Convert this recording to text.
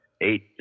eight